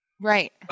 Right